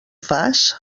fas